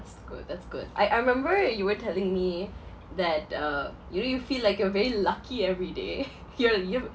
that's good that's good I I remember you were telling me that uh you really feel like you're very lucky every day you're